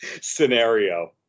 scenario